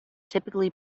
typically